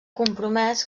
compromès